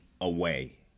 away